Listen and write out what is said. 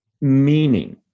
meaning